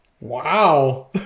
Wow